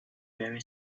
very